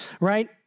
Right